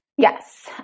Yes